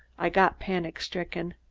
i got panic-stricken.